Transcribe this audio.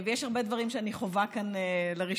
ויש הרבה דברים שאני חווה כאן לראשונה.